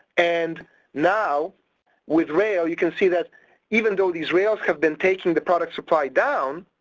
and now with rail you can see that even though these rails have been taking the product supply down,